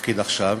בתפקיד עכשיו,